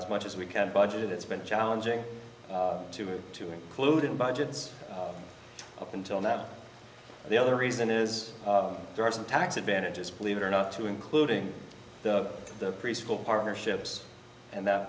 as much as we can budget it's been challenging to it to include in budgets up until now the other reason is there are some tax advantages believe it or not to including the preschool partnerships and th